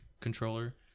controller